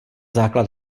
základ